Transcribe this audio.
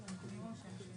על מי שמקבל דיור.